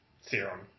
serum